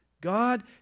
God